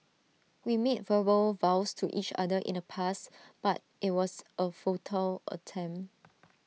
we made verbal vows to each other in the past but IT was A futile attempt